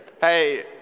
Hey